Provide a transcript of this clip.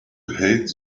hate